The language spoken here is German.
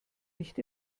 nicht